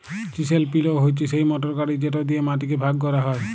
chisel পিলও হছে সেই মটর গাড়ি যেট দিঁয়ে মাটিকে ভাগ ক্যরা হ্যয়